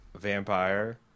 vampire